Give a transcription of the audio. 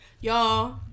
y'all